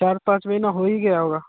चार पाँच महिना हो ही गया होगा